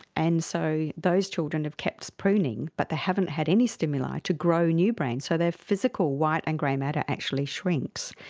and so those children have kept pruning, but they haven't had any stimuli to grow new brain, so their physical white and grey matter actually shrinks.